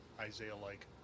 Isaiah-like